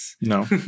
No